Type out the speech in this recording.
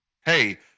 Hey